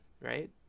right